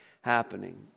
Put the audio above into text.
happening